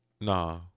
Nah